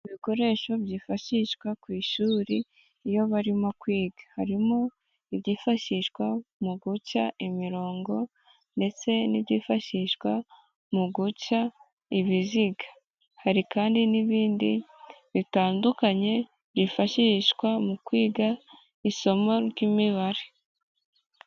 Mu bikoresho byifashishwa ku ishuri iyo barimo kwiga, harimo ibyifashishwa mu guca imirongo ndetse n'ibyifashishwa mu guca ibiziga, hari kandi n'ibindi bitandukanye byifashishwa mu kwiga isomo ry'imibare.